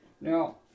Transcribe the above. Now